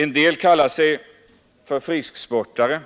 En del kallar sig för frisksportare,